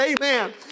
Amen